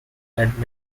had